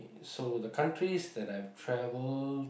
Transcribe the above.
so the counties that I have travelled